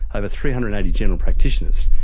over three hundred and eighty general practitioners.